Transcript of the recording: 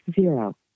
zero